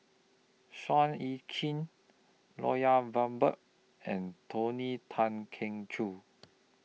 Seah EU Chin Lloyd Valberg and Tony Tan Keng Joo